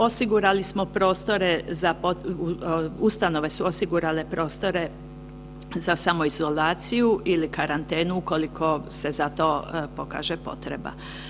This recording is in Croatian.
Osigurali smo prostore za, ustanove su osigurale prostore za samoizolaciju ili karantenu ukoliko se za to pokaže potreba.